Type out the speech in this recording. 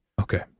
Okay